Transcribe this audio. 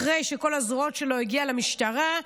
אחרי שכל הזרועות שלו הגיעו למשטרה,